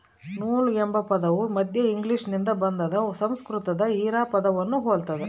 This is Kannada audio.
ನೂಲು ಎಂಬ ಪದವು ಮಧ್ಯ ಇಂಗ್ಲಿಷ್ನಿಂದ ಬಂದಾದ ಸಂಸ್ಕೃತ ಹಿರಾ ಪದವನ್ನು ಹೊಲ್ತದ